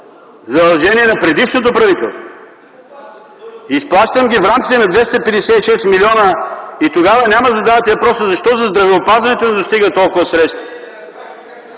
задължения на предишното правителство. Изплащам ги в рамките на 256 милиона и тогава няма да задавате въпроса защо за здравеопазването не достигат толкова средства?!